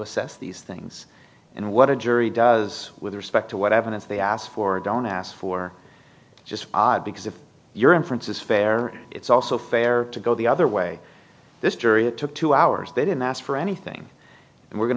assess these things and what a jury does with respect to what evidence they ask for don't ask for just odd because if your inference is fair it's also fair to go the other way this jury took two hours they didn't ask for anything and we're going